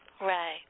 Right